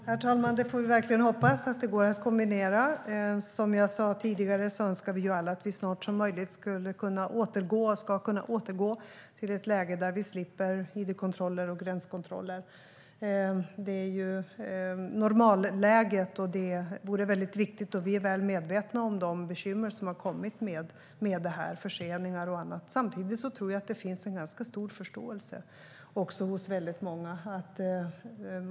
Herr talman! Vi får verkligen hoppas att det går att kombinera. Som jag sa tidigare önskar vi alla att vi så snart som möjligt ska kunna återgå till ett läge där vi slipper id-kontroller och gränskontroller. Det är ju normalläget, och vi är väl medvetna om de bekymmer som har kommit med detta, som förseningar och annat. Samtidigt tror jag att det finns en ganska stor förståelse hos många.